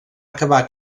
acabar